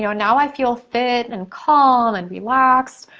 you know now i feel fit and calm and relaxed.